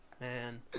Man